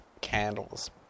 candles